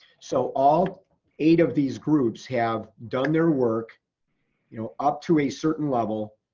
so all eight of these groups have done their work you know up to a certain level,